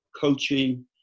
coaching